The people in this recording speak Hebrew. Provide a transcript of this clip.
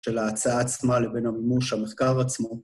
של ההצעה עצמה לבין המימוש, המחקר עצמו...